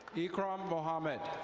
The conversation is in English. icram mohammad.